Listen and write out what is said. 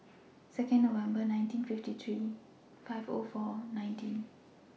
Second November nineteen fifty three five O four nineteen